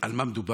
על מה מדובר.